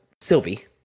sylvie